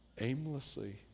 aimlessly